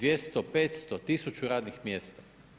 200, 500, tisuću radnih mjesta.